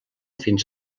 fins